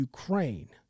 Ukraine